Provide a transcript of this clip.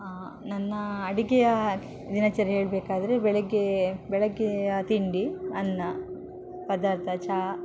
ಆಂ ನನ್ನ ಅಡುಗೆಯ ದಿನಚರಿ ಹೇಳಬೇಕಾದ್ರೆ ಬೆಳಗ್ಗೆ ಬೆಳಗ್ಗೆಯ ತಿಂಡಿ ಅನ್ನ ಪದಾರ್ಥ ಚಾ